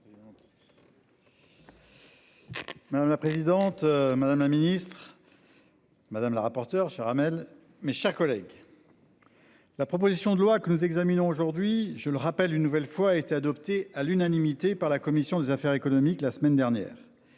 Madame la présidente, madame la Ministre. Madame la rapporteur se ramène, mes chers collègues. La proposition de loi que nous examinons aujourd'hui je le rappelle une nouvelle fois été adopté à l'unanimité par la commission des affaires économiques. La semaine dernière.